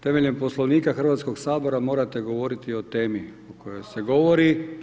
Temeljem Poslovnika Hrvatskog sabora morate govoriti o temi o kojoj se govori.